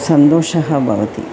सन्तो ष भवति